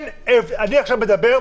אני עכשיו מדבר,